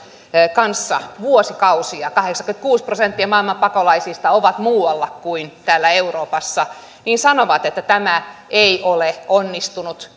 kanssa vuosikausia kahdeksankymmentäkuusi prosenttia maailman pakolaisista on muualla kuin täällä euroopassa sanovat että tämä ei ole onnistunut